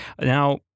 Now